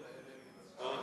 הישיבות אלה מתבצעות